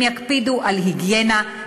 הם יקפידו על היגיינה,